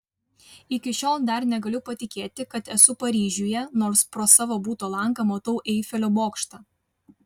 iki šiol dar negaliu patikėti kad esu paryžiuje nors pro savo buto langą matau eifelio bokštą